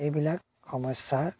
এইবিলাক সমস্যাৰ